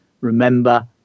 remember